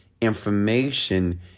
information